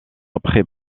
après